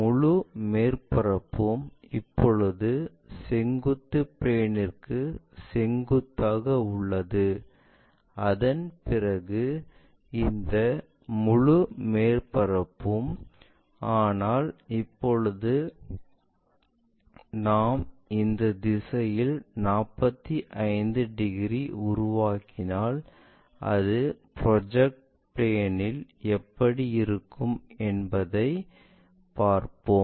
முழு மேற்பரப்பும் இப்போது செங்குத்து விமானத்திற்கு செங்குத்தாக உள்ளது அதன்பிறகு இந்த முழு மேற்பரப்பும் ஆனால் இப்போது நாம் இந்த திசையில் 45 டிகிரி உருவாக்கினால் அது ப்ரொஜெக்டட் பிளேன் இல் எப்படி இருக்கும் என்பதை பார்ப்போம்